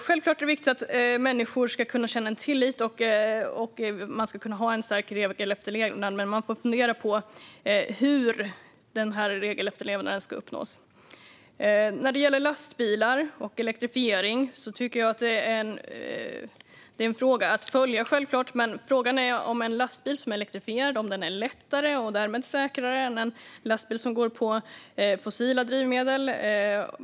Självklart är det viktigt att människor ska kunna känna tillit och att man ska kunna ha stark regelefterlevnad. Men man får fundera på hur regelefterlevnaden ska uppnås. Lastbilar och elektrifiering tycker jag är en fråga att följa, men frågan är om en lastbil som är elektrifierad är lättare och därmed säkrare än en lastbil som går på fossila drivmedel.